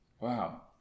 Wow